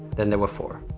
then there were four,